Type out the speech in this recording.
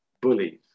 bullies